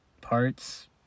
parts